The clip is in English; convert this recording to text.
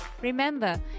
Remember